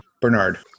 Bernard